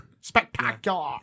Spectacular